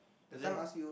that time ask you